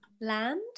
Land